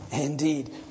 Indeed